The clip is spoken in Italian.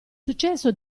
successo